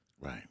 Right